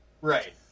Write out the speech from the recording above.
Right